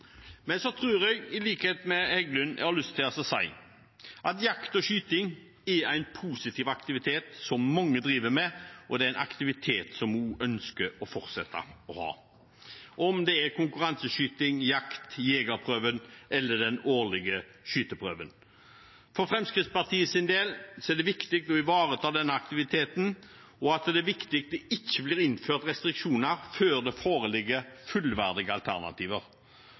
Men jeg tror, i likhet med Heggelund, at jeg har lyst til å si at jakt og skyting er en positiv aktivitet som mange driver med, og det er en aktivitet som vi fortsatt ønsker å ha – om det er konkurranseskyting, jakt, jegerprøven eller den årlige skyteprøven. For Fremskrittspartiets del er det viktig å ivareta denne aktiviteten, og det er viktig at det ikke blir innført restriksjoner før det foreligger fullverdige alternativer.